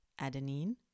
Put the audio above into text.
adenine